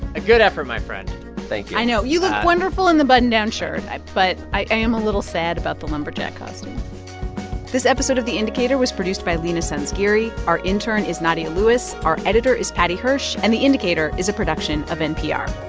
a good effort, my friend thank you i know. you look wonderful in the button-down shirt, but i am a little sad about the lumberjack costume this episode of the indicator was produced by leena sanzgiri. our intern is nadia lewis. our editor is paddy hirsch, and the indicator is a production of npr